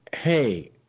Hey